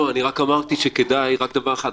רק דבר אחד,